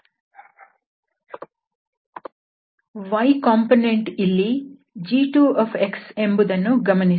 y component ಇಲ್ಲಿ g2 ಎಂಬುದನ್ನು ಗಮನಿಸಿ